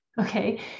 Okay